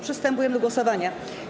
Przystępujemy do głosowania.